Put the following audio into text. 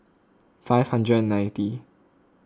five hundred and ninety